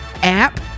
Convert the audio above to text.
app